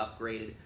upgraded